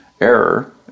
error